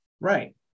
Right